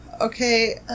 Okay